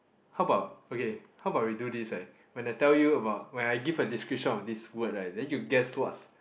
how about okay how about we do this right when I tell you about when I give a description of this word right then you guess what's